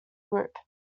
group